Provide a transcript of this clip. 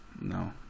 No